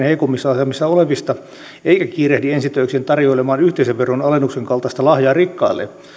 heikoimmassa asemassa olevista eikä kiirehdi ensi töikseen tarjoilemaan yhteisöveron alennuksen kaltaista lahjaa rikkaille